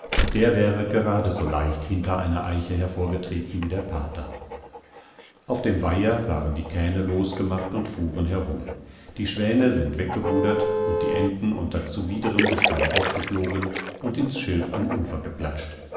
der wäre geradeso leicht hinter einer eiche hervorgetreten wie der pater auf dem weiher waren die kähne losgemacht und fuhren herum die schwäne sind weggerudert und die enten unter zuwiderem geschrei aufgeflogen und ins schilf am ufer geplatscht